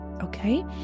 Okay